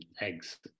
eggs